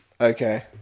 Okay